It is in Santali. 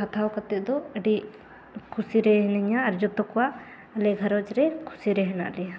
ᱦᱟᱛᱟᱣ ᱠᱟᱛᱮᱫ ᱫᱚ ᱟᱹᱰᱤ ᱠᱩᱥᱤᱨᱮ ᱦᱤᱱᱟᱹᱧᱟ ᱟᱨ ᱡᱚᱛᱚ ᱠᱚᱣᱟᱜ ᱟᱞᱮ ᱜᱷᱟᱨᱚᱸᱡᱽ ᱨᱮ ᱠᱷᱩᱥᱤ ᱨᱮ ᱦᱮᱱᱟᱜ ᱞᱮᱭᱟ